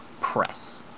press